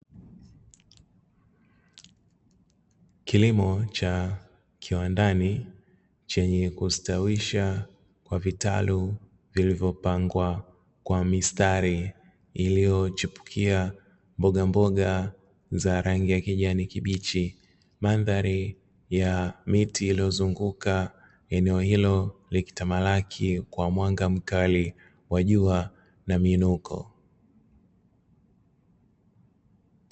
Kilimo cha kiwandani chenye kustawisha kwa vitalu vilivyopangwa kwa mistari iliyochipukia mbogamboga za rangi ya kijani kibichi, mandhari ya miti iliyozunguka, eneo hilo likitamalaki kwa mwanga mkali wa jua na miinuko.